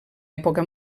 època